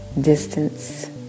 distance